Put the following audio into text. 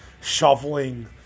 shoveling